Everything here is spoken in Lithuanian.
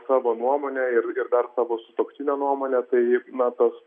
savo nuomonę ir ir dar savo sutuoktinio nuomonę tai na tas